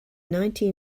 nineteen